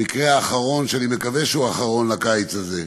המקרה האחרון, ואני מקווה שהוא האחרון לקיץ הזה,